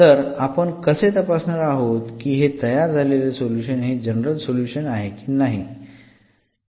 तर आपण कसे तपासणार आहोत की हे तयार झालेले सोल्युशन हे जनरल सोल्युशन आहे की नाही